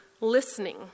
listening